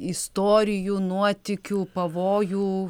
istorijų nuotykių pavojų